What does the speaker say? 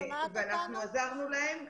ואנחנו עזרנו להם.